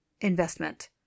investment